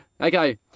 okay